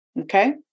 Okay